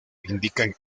indican